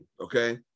okay